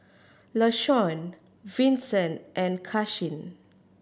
Lashawn Vinson and Karsyn